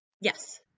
Yes